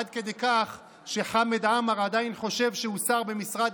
עד כדי כך שחמד עמאר עדיין חושב שהוא שר במשרד